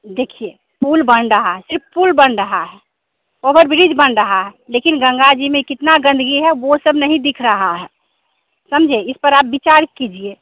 देखिए पुल बन रहा सिर्फ पुल बन रहा है ओवर ब्रिज बन रहा है लेकिन गंगा जी में कितना गंदगी है वो सब नहीं दिख रहा है समझे इस पर आप विचार कीजिए